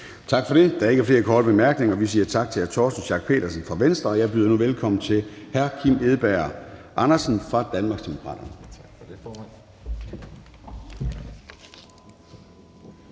Tak for det. Der er ikke flere korte bemærkninger. Vi siger tak til hr. Torsten Schack Pedersen fra Venstre. Jeg byder nu velkommen til hr. Kim Edberg Andersen fra Danmarksdemokraterne.